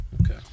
Okay